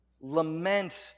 lament